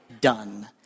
done